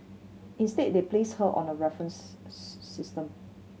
instead they placed her on a reference system